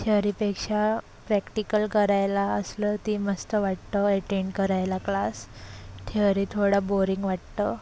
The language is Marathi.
थ्यअरी पेक्षा प्रॅक्टिकल करायला असलं ते मस्त वाटतं एटेंड करायला क्लास थ्यरी थोडा बोरिंग वाटतं